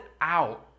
out